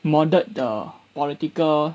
moulded the political